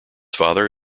father